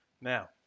Now